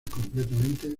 completamente